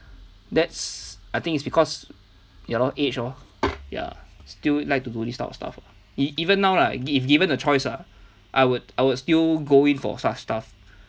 that's I think it's because ya lor age lor ya still like to do this type of stuff even now lah if if given a choice ah I would I would still go in for such stuff